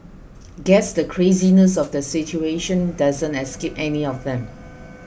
guess the craziness of the situation doesn't escape any of them